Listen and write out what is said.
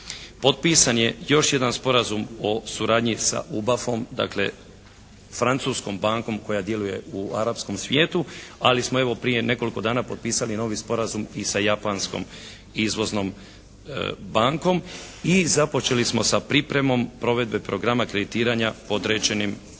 potpisan je još jedan Sporazum o suradnji sa UBAF-om dakle, francuskom bankom koja djeluje u arapskom svijetu. Ali smo evo, prije nekoliko dana potpisali novi sporazum i sa japanskom izvoznom bankom. I započeli smo sa pripremom provedbe programa kreditiranja određenim dugom.